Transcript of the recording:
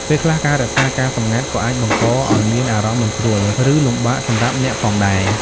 ពេលខ្លះ ការរក្សាការសម្ងាត់ក៏អាចបង្កឱ្យមានអារម្មណ៍មិនស្រួល ឬលំបាកសម្រាប់អ្នកផងដែរ។